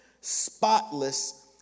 spotless